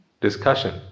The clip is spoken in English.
discussion